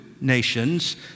Nations